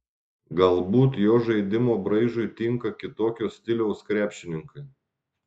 galbūt jo žaidimo braižui tinka kitokio stiliaus krepšininkai